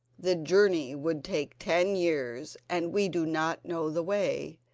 the journey would take ten years, and we do not know the way.